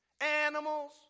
animals